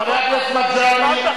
המס מרכיב חשוב,